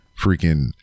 freaking